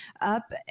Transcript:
up